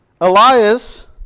Elias